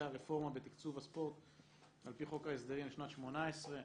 הרפורמה בתקצוב הספורט על פי חוק ההסדרים לשנת 18',